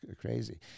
crazy